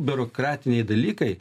biurokratiniai dalykai